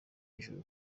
ijuru